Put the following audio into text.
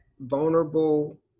vulnerable